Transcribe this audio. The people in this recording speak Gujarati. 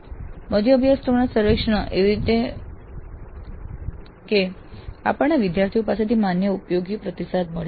મધ્ય અભ્યાસક્રમના સર્વેક્ષણો એવી રીતે કરવાની રીતો છે કે આપણને વિદ્યાર્થીઓ પાસેથી માન્ય અને ઉપયોગી પ્રતિસાદ મળે